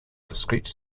discrete